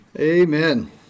Amen